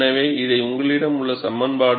எனவே இது உங்களிடம் உள்ள சமன்பாடு